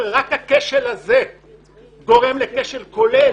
רק הכשל הזה גורם לכשל כולל.